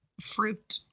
fruit